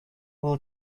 will